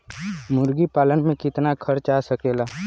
मुर्गी पालन में कितना खर्च आ सकेला?